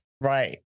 right